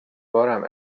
بارم